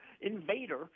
invader